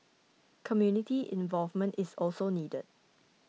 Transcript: community involvement is also needed